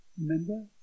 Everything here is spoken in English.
Remember